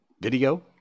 video